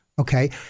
okay